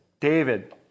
David